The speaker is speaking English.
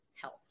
health